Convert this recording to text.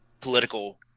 political